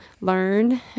learn